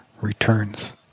returns